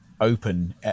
open